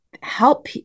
help